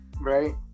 right